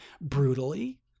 brutally